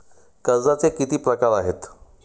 कर्जाचे किती प्रकार आहेत?